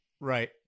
Right